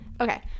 okay